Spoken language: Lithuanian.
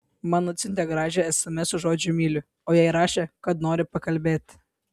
man atsiuntė gražią sms su žodžiu myliu o jai rašė kad nori pakalbėti